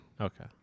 Okay